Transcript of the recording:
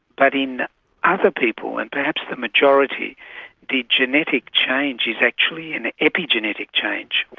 but in other people, and perhaps the majority the genetic change is actually an epigenetic change.